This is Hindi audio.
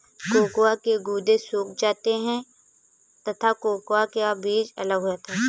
कोकोआ के गुदे सूख जाते हैं तथा कोकोआ का बीज अलग हो जाता है